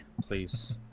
please